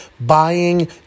buying